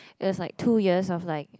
it was like two years of like